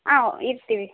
ಹಾಂ ಇರ್ತೀವಿ